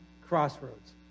crossroads